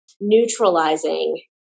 neutralizing